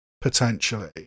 potentially